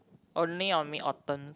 only on Mid Autumn